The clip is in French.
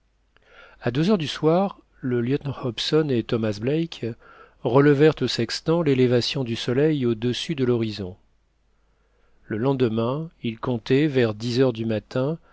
à deux heures du soir le lieutenant hobson et thomas black relevèrent au sextant l'élévation du soleil au-dessus de l'horizon le lendemain ils comptaient vers dix heures du matin